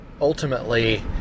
ultimately